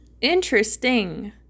Interesting